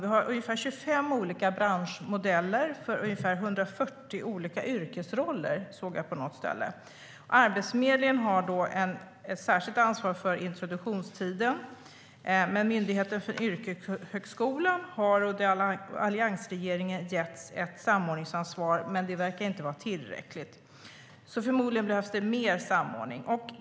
Vi har ungefär 25 olika branschmodeller för ungefär 140 olika yrkesroller, såg jag på något ställe. Arbetsförmedlingen har då ett särskilt ansvar för introduktionstiden. Myndigheten för yrkeshögskolan gavs ett samordningsansvar under alliansregeringen, men det verkar inte vara tillräckligt. Förmodligen behövs det mer samordning.